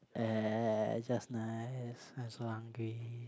eh just nice I'm so hungry